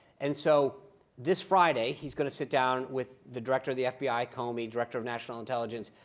and so this friday, he's going to sit down with the director of the fbi, comey, director of national intelligence,